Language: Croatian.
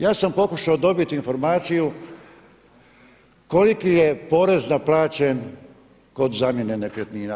Ja sam pokušao dobiti informaciju koliki je porez naplaćen kod zamjene nekretnina.